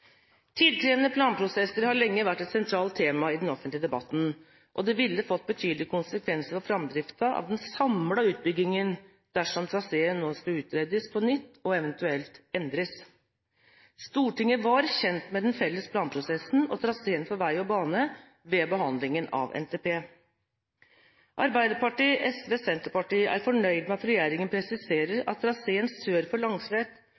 Tidkrevende planprosesser har lenge vært et sentralt tema i den offentlige debatten, og det ville fått betydelige konsekvenser for framdriften av den samlede utbyggingen dersom traseen nå skulle utredes på nytt og eventuelt endres. Stortinget var kjent med felles planprosess og traseen for vei og bane ved behandlingen av NTP. Arbeiderpartiet, SV og Senterpartiet er fornøyd med at regjeringen presiserer at traseen sør for